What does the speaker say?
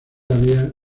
había